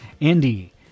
andy